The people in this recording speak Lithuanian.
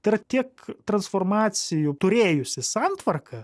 tai yra tiek transformacijų turėjusi santvarka